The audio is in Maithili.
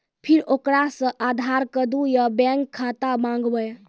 फिर ओकरा से आधार कद्दू या बैंक खाता माँगबै?